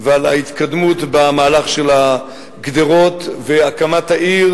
ועל ההתקדמות במהלך של הגדרות והקמת העיר,